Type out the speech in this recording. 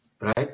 right